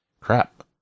crap